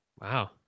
Wow